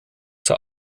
zur